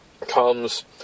comes